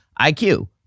IQ